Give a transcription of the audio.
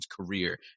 career